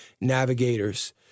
Navigators